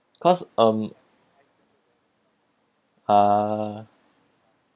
cause um uh